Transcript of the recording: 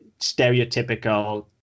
stereotypical